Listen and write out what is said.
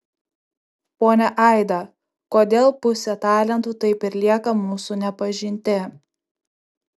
ponia aida kodėl pusė talentų taip ir lieka mūsų nepažinti